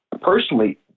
personally